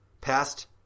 Past